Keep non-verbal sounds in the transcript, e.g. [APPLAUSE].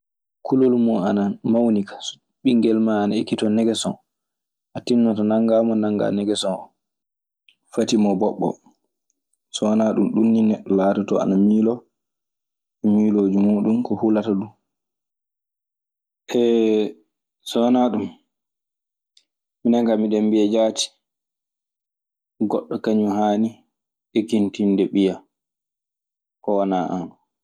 Kulol mun ana mawni kaa. So ɓinngel maa ana ekitoo negeson, a tinnoto nanngaa mo nanngaa negeson oo. Fati mo boɓɓo. So wanaa ɗun, ɗun neɗɗo laatotoo ana miiloo miilooji muuɗun, ko hulata duu. [HESITATION] So wanaa ɗun, minen kaa miɗen mbiya jaati, goɗɗo kañun haani ekintinde ɓiya ko wanaa an.